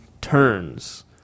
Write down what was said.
turns